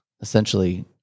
essentially